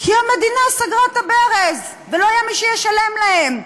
כי המדינה סגרה את הברז ולא היה מי שישלם להן.